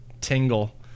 tingle